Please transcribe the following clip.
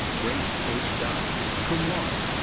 grace h. dai, cum laude.